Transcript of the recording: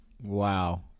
Wow